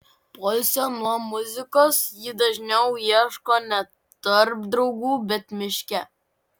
poilsio nuo muzikos ji dažniau ieško ne tarp draugų bet miške